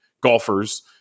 golfers